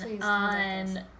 on